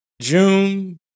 June